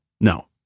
No